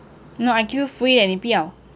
no I give you free eh 你不要